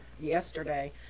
yesterday